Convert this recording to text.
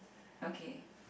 okay